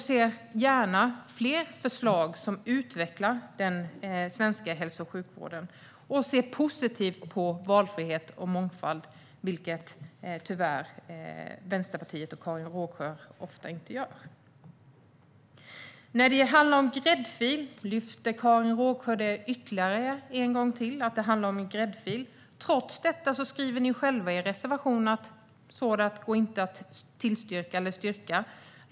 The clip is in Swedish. Jag ser gärna fler förslag som utvecklar den svenska hälso och sjukvården. Jag ser positivt på valfrihet och mångfald, vilket Vänsterpartiet och Karin Rågsjö tyvärr ofta inte gör. Karin Rågsjö lyfter än en gång fram att det handlar om en gräddfil. Trots detta skriver ni själva i er reservation att sådant inte går att styrka.